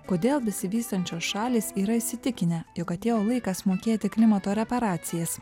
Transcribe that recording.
kodėl besivystančios šalys yra įsitikinę jog atėjo laikas mokėti klimato reparacijas